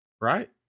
Right